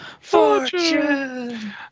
Fortune